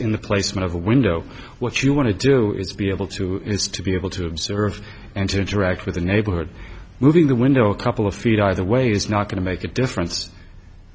in the placement of a window what you want to do is to be able to is to be able to observe and to interact with the neighborhood moving the window a couple of feet either way is not going to make a difference